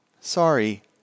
Sorry